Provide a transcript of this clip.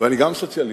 אני גם סוציאליסט,